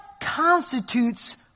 constitutes